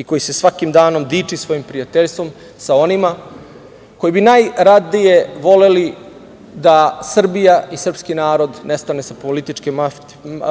i koji se svakim danom diči svojim prijateljstvom sa onima koji bi najradije voleli da Srbija i srpski narod nestane sa političke